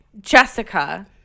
Jessica